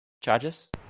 charges